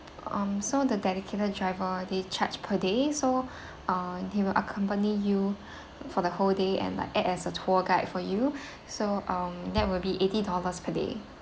um so the dedicated driver they charge per day so uh he will accompany you for the whole day and like act as a tour guide for you so um that will be eighty dollars per day